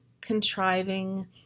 contriving